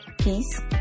peace